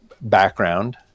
background